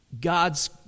God's